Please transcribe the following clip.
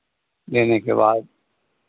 देने के बाद